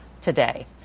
today